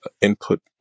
input